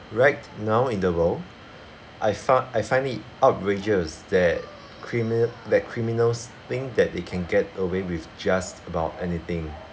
right now in the world I thought I find it outrageous that crimi~that criminals think that they can get away with just about anything